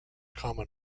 common